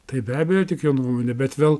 tai be abejo tik jo nuomonė bet vėl